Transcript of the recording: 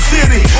City